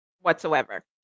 whatsoever